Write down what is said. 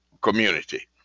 community